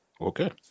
Okay